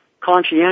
conscientious